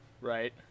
Right